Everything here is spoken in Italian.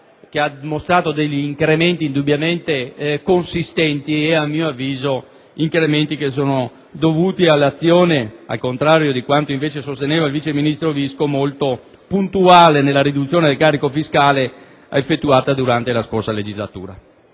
che ha mostrato incrementi indubbiamente consistenti. Tali incrementi, a mio avviso, sono dovuti all'azione - al contrario di quanto invece sosteneva il vice ministro Visco - molto puntuale di riduzione del carico fiscale, effettuata durante la scorsa legislatura.